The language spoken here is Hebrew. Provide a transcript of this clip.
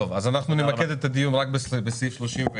טוב, אז אנחנו נמקד את הדיון רק בסעיף 31,